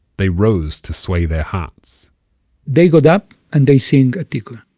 they rose to sway their hearts they got up and they sing ha'tikvah